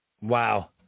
Wow